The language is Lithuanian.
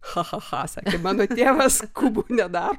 cha cha cha sako mano tėvas kubų nedaro